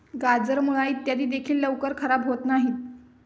गाजर, मुळा इत्यादी देखील लवकर खराब होत नाहीत